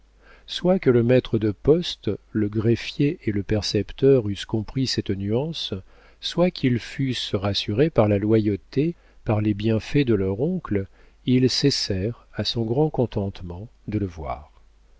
soit que le maître de poste le greffier et le percepteur eussent compris cette nuance soit qu'ils fussent rassurés par la loyauté par les bienfaits de leur oncle ils cessèrent à son grand contentement de le voir